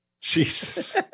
Jesus